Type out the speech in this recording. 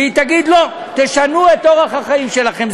ותגיד: לא, תשנו את אורח החיים שלכם.